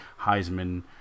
Heisman